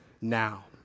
now